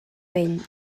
vell